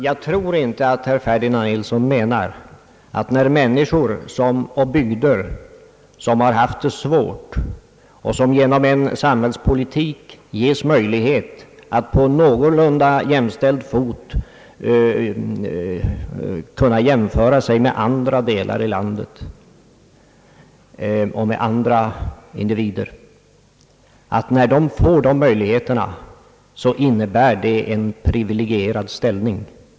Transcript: Jag tror inte att herr Ferdinand Nilsson menar att människor och bygder, som har haft det svårt och som genom samhällets politik ges möjlighet att komma på någorlunda jämställd fot med andra individer och med andra delar av landet, därigenom får en privilegierad ställning.